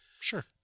Sure